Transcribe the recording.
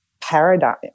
paradigm